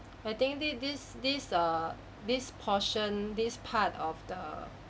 I think this this this err this portion this part of the